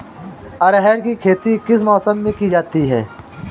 अरहर की खेती किस मौसम में की जाती है?